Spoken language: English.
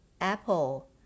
apple